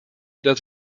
dass